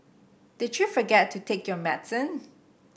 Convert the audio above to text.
did you forget to take your medicine